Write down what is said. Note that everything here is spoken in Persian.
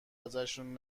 ازشون